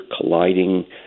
colliding